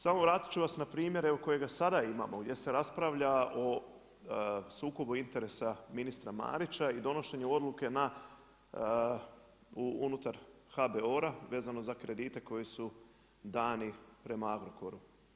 Samo, vratiti ću vas na primjer evo kojega sada imamo, gdje se raspravlja o sukobu interesa ministra Marića i donošenja odluke na, unutar HBOR-a vezano za kredite koji su dani prema Agrokoru.